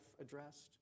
addressed